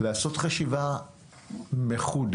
לעשות חשיבה מחודשת.